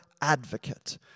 advocate